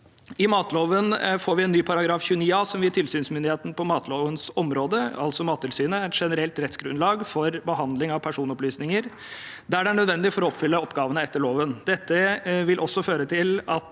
I matloven får vi en ny § 29 a, som vil gi tilsynsmyndigheten på matlovens område, altså Mattilsynet, et generelt rettsgrunnlag for behandling av personopplysninger der det er nødvendig for å oppfylle oppgavene etter loven. Dette vil også føre til at